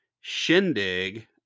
Shindig